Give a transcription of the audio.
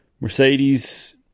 mercedes